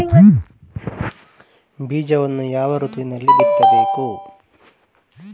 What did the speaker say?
ಬೀಜವನ್ನು ಯಾವ ಋತುವಿನಲ್ಲಿ ಬಿತ್ತಬೇಕು?